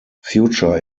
future